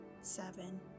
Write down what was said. seven